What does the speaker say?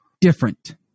different